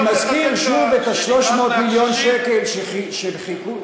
אני מזכיר שוב את 300 מיליון השקל שחילקו